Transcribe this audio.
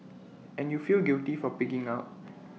and you feel guilty for pigging out